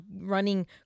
running